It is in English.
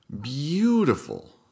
beautiful